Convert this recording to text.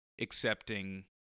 accepting